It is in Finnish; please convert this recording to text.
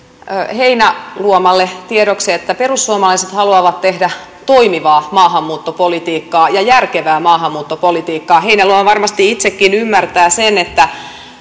heinäluomalle tiedoksi että perussuomalaiset haluavat tehdä toimivaa maahanmuuttopolitiikkaa ja järkevää maahanmuuttopolitiikkaa heinäluoma varmasti itsekin ymmärtää sen että